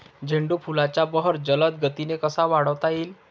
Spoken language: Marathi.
झेंडू फुलांचा बहर जलद गतीने कसा वाढवता येईल?